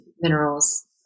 minerals